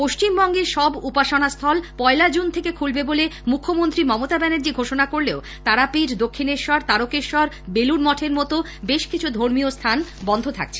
পশ্চিমবঙ্গে সব উপাসনাস্থল প্য়লা জুন থেকে খুলবে বলে মুখ্যমন্ত্রী ঘোষণা করলেও তারাপীঠ দক্ষিণেশ্বর তারকেশ্বর বেলুডমঠের মতো বেশ কিছু ধর্মীয় স্থান বন্ধ থাকছে